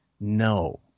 no